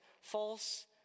false